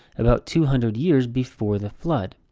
about two hundred years before the flood.